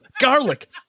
garlic